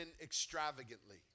extravagantly